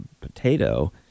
potato